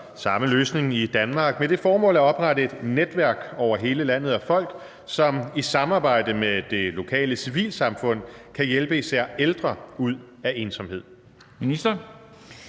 samme løsning i Danmark med det formål at oprette et netværk over hele landet af folk, som i samarbejde med det lokale civilsamfund kan hjælpe især ældre ud af ensomhed?